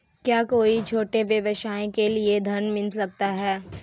क्या कोई छोटे व्यवसाय के लिए ऋण मिल सकता है?